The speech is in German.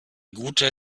guter